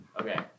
Okay